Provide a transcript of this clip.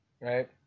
right